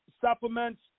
supplements